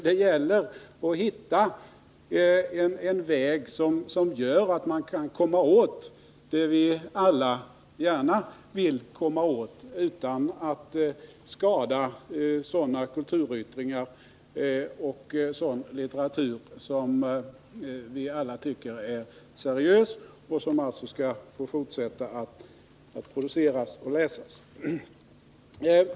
Det gäller att hitta en väg för att komma åt det vi alla gärna vill komma åt utan att samtidigt skada sådana kulturyttringar och sådan litteratur som vi alla tycker är seriösa och som alltså skall få fortsätta att produceras och läsas.